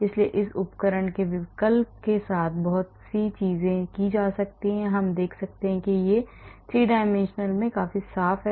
इसलिए इस उपकरण के विकल्प के साथ बहुत सी चीजें की जा सकती हैं हम देख सकते हैं कि यह 3 आयामी में काफी साफ है